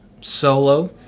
solo